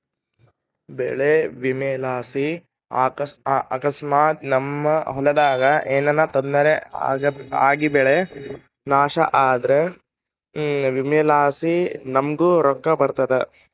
ಬೆಳೆ ವಿಮೆಲಾಸಿ ಅಕಸ್ಮಾತ್ ನಮ್ ಹೊಲದಾಗ ಏನನ ತೊಂದ್ರೆ ಆಗಿಬೆಳೆ ನಾಶ ಆದ್ರ ವಿಮೆಲಾಸಿ ನಮುಗ್ ರೊಕ್ಕ ಬರ್ತತೆ